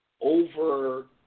over